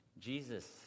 Jesus